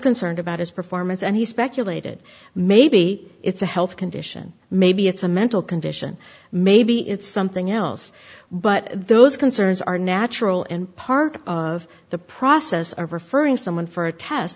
concerned about his performance and he speculated maybe it's a health condition maybe it's a mental condition maybe it's something else but those concerns are natural and part of the process of referring someone for a test